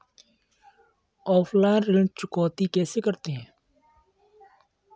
Offline ऋण चुकौती कैसे करते हैं?